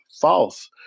false